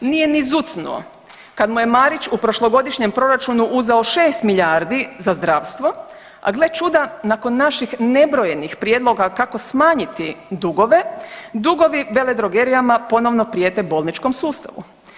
Nije ni zucnuo kad mu je Marić u prošlogodišnjem proračunu uzeo 6 milijardi za zdravstvo, a gle čuda, nakon naših nebrojenih prijedloga kako smanjiti dugove, dugovi veledrogerijama ponovo prijete bolničkom sustavu.